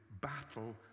battle